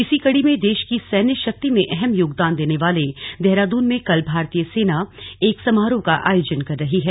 इसी कड़ी में देश की सैन्य शक्ति में अहम योगदान देने वाले देहरादून में कल भारतीय सेना एक समारोह का आयोजन कर रही है